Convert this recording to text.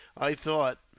i thought,